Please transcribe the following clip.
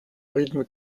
rythme